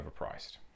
overpriced